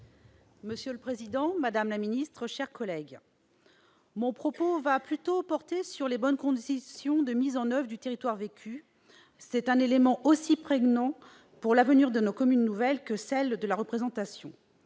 Monsieur le président, madame la ministre, mes chers collègues, mon propos va plutôt porter sur les bonnes conditions de mise en oeuvre du territoire vécu ; c'est un élément aussi prégnant pour l'avenir de la commune nouvelle que celui de la représentation.